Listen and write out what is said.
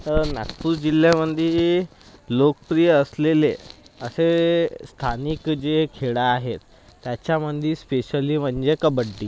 नागपूर जिल्ह्यामध्ये लोकप्रिय असलेले असे स्थानिक जे खेळ आहेत त्याच्यामध्ये स्पेशली म्हणजे कबड्डी